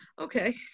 okay